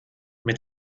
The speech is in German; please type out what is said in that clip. mit